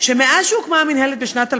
שמאז הוקמה המינהלת, בשנת 2007,